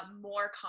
more